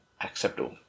acceptable